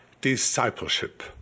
discipleship